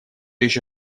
еще